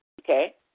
Okay